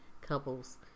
couples